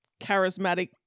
charismatic